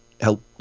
help